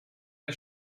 der